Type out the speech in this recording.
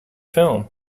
film